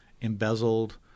embezzled